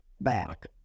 back